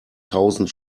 tausend